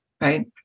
right